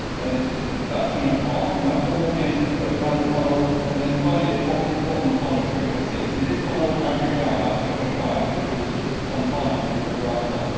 and then it's about two and a half in my warm audiences. we'll go down the funnel and then finally at the bottom bottom of the funnel, which is three point six and this funnel averaged out about two point five, which was just on target for what we we're after.